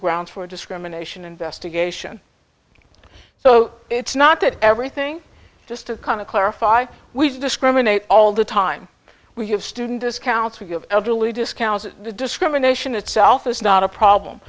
grounds for discrimination investigation so it's not that everything just kind of clarify discriminate all the time we have student discounts we give elderly discounts the discrimination itself is not a problem